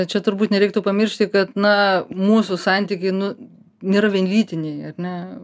čia turbūt nereiktų pamiršti kad na mūsų santykiai nu nėra vienlytiniai ar ne